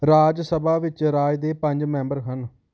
ਰਾਜ ਸਭਾ ਵਿੱਚ ਰਾਜ ਦੇ ਪੰਜ ਮੈਂਬਰ ਹਨ